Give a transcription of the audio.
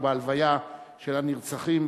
הוא בהלוויה של הנרצחים,